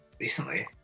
recently